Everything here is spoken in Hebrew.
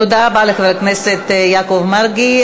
תודה רבה לחבר הכנסת יעקב מרגי.